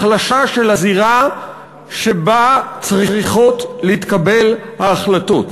החלשה של הזירה שבה צריכות להתקבל ההחלטות,